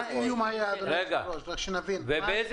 באיזה